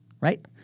right